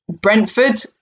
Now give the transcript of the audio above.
Brentford